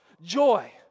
Joy